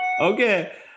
Okay